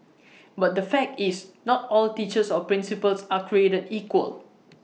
but the fact is not all teachers or principals are created equal